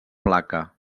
placa